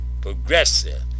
progressive